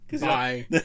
Bye